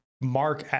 Mark